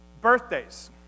birthdays